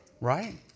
Right